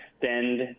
extend